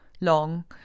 long